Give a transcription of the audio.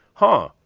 huh.